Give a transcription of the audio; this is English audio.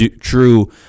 True